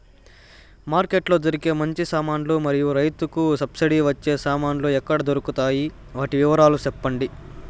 Market లో దొరికే మంచి సామాన్లు మరియు రైతుకు సబ్సిడి వచ్చే సామాన్లు ఎక్కడ దొరుకుతాయి? వాటి వివరాలు సెప్పండి?